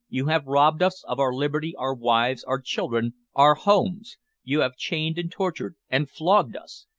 you have robbed us of our liberty, our wives, our children, our homes you have chained, and tortured, and flogged us!